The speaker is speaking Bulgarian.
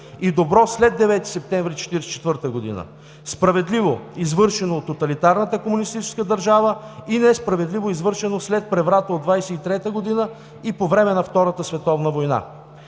и добро – след 9 септември 1944 г., справедливо – извършено от тоталитарната комунистическа държава, и несправедливо – извършено след преврата от 1923 г. и по време на Втората световна война.